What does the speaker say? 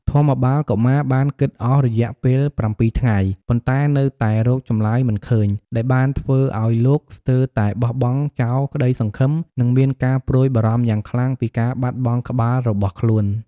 ធម្មបាលកុមារបានគិតអស់រយៈពេលប្រាំពីរថ្ងៃ ប៉ុន្តែនៅតែរកចម្លើយមិនឃើញ ដែលបានធ្វើឲ្យលោកស្ទើរតែបោះបង់ចោលក្តីសង្ឃឹម និងមានការព្រួយបារម្ភយ៉ាងខ្លាំងពីការបាត់បង់ក្បាលរបស់ខ្លួន។